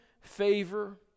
favor